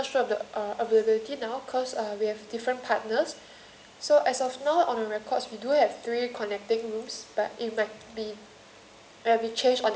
uh so we're not sure the uh availability now cause uh we have different partners so as of now on the records we do have three connecting rooms but it might be